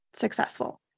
successful